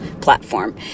platform